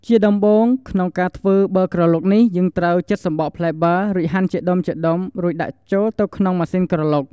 ជាដំបូង ក្នុងការធ្វើប័រក្រឡុកនេះ យើងត្រូវ ចិតសំបកផ្លែប័រ រួចហាន់ជាដុំៗ រួចដាក់ចូលទៅក្នុងម៉ាស៊ីនក្រឡុក។